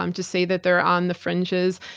um to say that they're on the fringes,